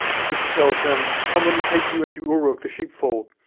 so she tells him, come, let me take you into uruk, the sheepfold,